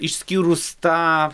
išskyrus tą